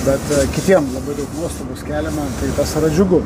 bet kitiem labai daug nuostabos keliame tai tas yra džiugu